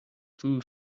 too